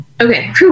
Okay